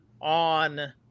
on